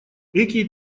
экий